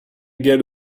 get